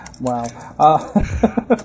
Wow